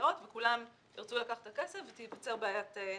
לזהות וכולם ירצו לקחת את הכסף ותיווצר בעיית נזילות.